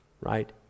right